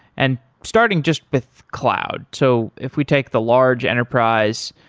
and starting just with cloud. so if we take the large enterprise,